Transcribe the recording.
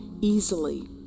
easily